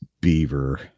beaver